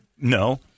No